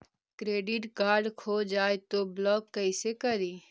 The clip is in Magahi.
क्रेडिट कार्ड खो जाए तो ब्लॉक कैसे करी?